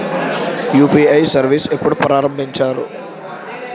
UPI service ఎప్పుడు ప్రారంభించారు?